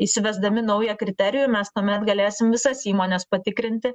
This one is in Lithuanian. įsivesdami naują kriterijų mes tuomet galėsim visas įmones patikrinti